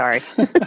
Sorry